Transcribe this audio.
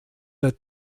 der